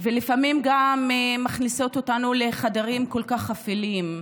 ולפעמים הן גם מכניסות אותנו לחדרים כל כך אפלים.